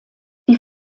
die